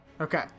Okay